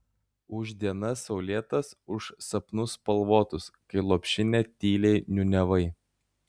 už dienas saulėtas už sapnus spalvotus kai lopšinę tyliai niūniavai